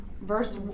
Verse